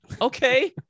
Okay